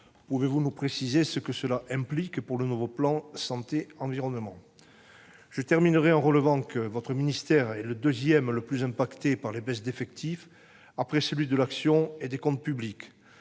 Pouvez-vous nous préciser ce que cela implique pour le nouveau plan national santé-environnement ? Pour terminer, je relève que votre ministère est le deuxième le plus touché par les baisses d'effectifs, après celui de l'action et des comptes publics.